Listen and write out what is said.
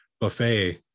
buffet